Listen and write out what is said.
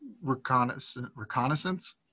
reconnaissance